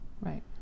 right